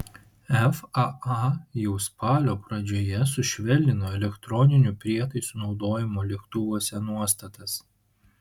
faa jau spalio pradžioje sušvelnino elektroninių prietaisų naudojimo lėktuvuose nuostatas